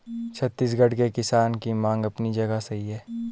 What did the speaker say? छत्तीसगढ़ के किसान की मांग अपनी जगह सही है